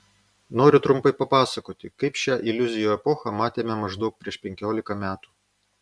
noriu trumpai papasakoti kaip šią iliuzijų epochą matėme maždaug prieš penkiolika metų